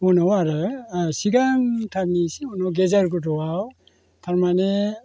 उनाव आरो सिगांथारनि इसे उनाव गेजेर गुदुआव थारमानि